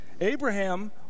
Abraham